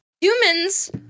Humans